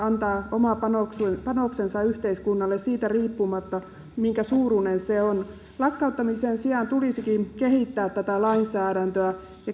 antaa oma panoksensa yhteiskunnalle siitä riippumatta minkä suuruinen se on lakkauttamisen sijaan tulisikin kehittää tätä lainsäädäntöä